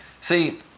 see